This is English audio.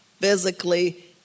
physically